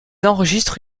enregistrent